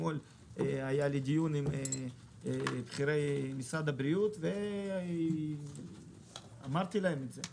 אתמול היה לי דיון עם בכירי משרד הבריאות ואמרתי להם את זה,